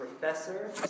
professor